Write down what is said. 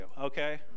okay